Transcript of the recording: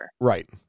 Right